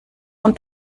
und